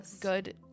good